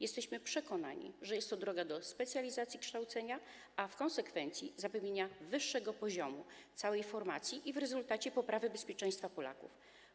Jesteśmy przekonani, że jest to droga do specjalizacji kształcenia, a w konsekwencji zapewnienia jego wyższego poziomu całej formacji i w rezultacie poprawy bezpieczeństwa Polaków.